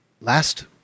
Last